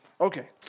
Okay